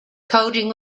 coding